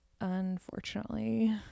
unfortunately